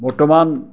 বৰ্তমান